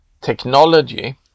technology